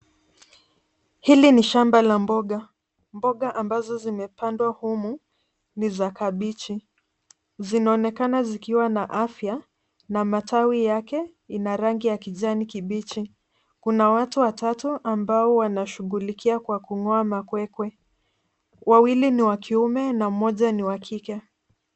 Hili ni shamba la mboga. Mboga ambazo zimepandwa humu ni za kabichi, zinaonekana zikiwa na afya, na matawi yake ina rangi ya kijani kibichi. Kuna watu watatu ambao wanashughulikia kwa kung'oa makwekwe. Wawili ni wa kiume, na mmoja ni wa kike.